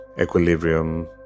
equilibrium